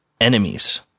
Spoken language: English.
enemies